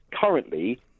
currently